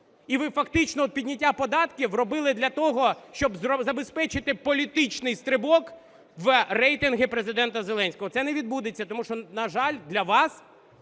і ви фактично підняття податків робили для того, щоб забезпечити політичний стрибок в рейтинги Президента Зеленського? Це не відбудеться, тому що, на жаль, для вас